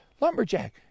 lumberjack